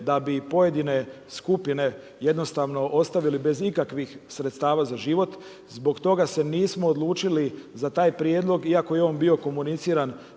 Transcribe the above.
da bi pojedine skupine jednostavno ostavili bez ikakvih sredstava za život. Zbog toga se nismo odlučili za taj prijedlog iako je on bio komuniciran